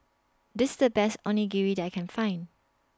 This IS The Best Onigiri that I Can Find